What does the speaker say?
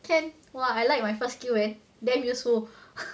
can !wah! I like my first skill leh damn useful